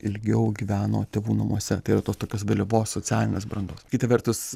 ilgiau gyveno tėvų namuose tai yra tos tokios vėlyvos socialinės brandos kita vertus